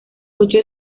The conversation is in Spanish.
ocho